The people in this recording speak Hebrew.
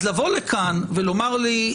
אז לבוא לכאן ולומר לי,